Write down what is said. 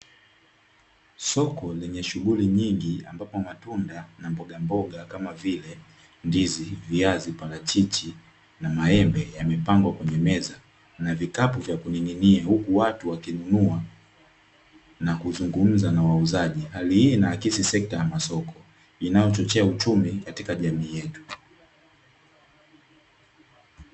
Soko lenye shughuli nyingi ambapo matunda na mbogamboga kama vile; ndizi, viazi, parachichi na maembe yamepangwa kwenye meza na vikapu vya kuning'inia huku watu wakinunua na kuzungumza na wauzaji, hali hii inaakisi sekta ya masoko inayochochea uchumi katika jamii yetu.